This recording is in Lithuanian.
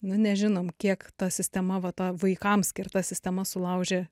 nu nežinom kiek ta sistema va ta vaikams skirta sistema sulaužė